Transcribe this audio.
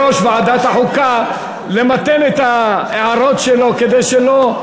רק אני ביקשתי מיושב-ראש ועדת החוקה למתן את ההערות שלו כדי שלא,